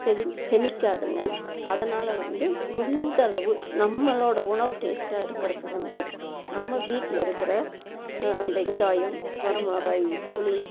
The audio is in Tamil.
செதி செமிக்காதுங்க அதனால் வந்து முடிந்தளவு நம்மளோடய உணவு டேஸ்ட்டாக இருக்கறதுக்கு வந்து நம்ம வீட்டில் இருக்கிற வெங்காயம் வரமிளகாய் புளி